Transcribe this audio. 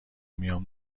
میان